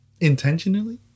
intentionally